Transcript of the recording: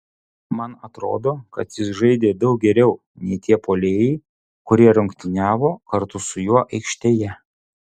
man atrodo kad jis žaidė daug geriau nei tie puolėjai kurie rungtyniavo kartu su juo aikštėje